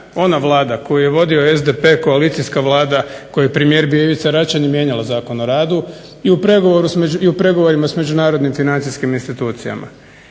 ona Vlada koju je vodio SDP, koalicijska Vlada u kojoj je premijer bio Ivica Račan je mijenjala Zakon o radu i u pregovorima s međunarodnim financijskim institucijama